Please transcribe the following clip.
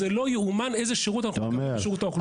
לא יאומן איזה שירות אנחנו מקבלים ברשות האוכלוסין.